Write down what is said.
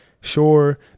sure